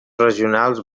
regionals